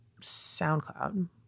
SoundCloud